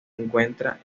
encuentra